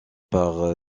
par